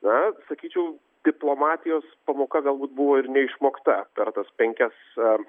na sakyčiau diplomatijos pamoka galbūt buvo ir neišmokta per tas penkias